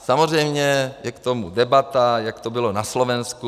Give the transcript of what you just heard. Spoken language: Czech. Samozřejmě je k tomu debata, jak to bylo na Slovensku.